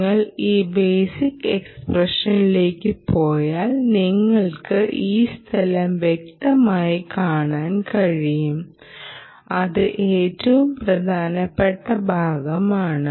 നിങ്ങൾ ഈ ബെയ്സിക് എക്സ്പ്രഷനിലേക്ക് പോയാൽ നിങ്ങൾക്ക് ഈ സ്ഥലം വ്യക്തമായി കാണാൻ കഴിയും അത് ഏറ്റവും പ്രധാനപ്പെട്ട ഭാഗമാണ്